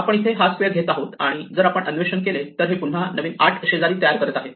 आपण इथे हा स्क्वेअर घेत आहोत आणि जर आपण अन्वेषण केले तर हे पुन्हा नवीन 8 शेजारी तयार करत आहे